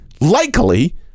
likely